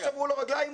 לא שברו לו רגליים,